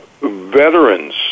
Veterans